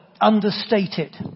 understated